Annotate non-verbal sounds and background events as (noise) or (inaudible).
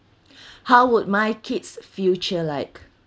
(breath) how would my kid's future like